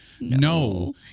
No